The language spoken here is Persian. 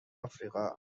آفریقا